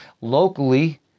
locally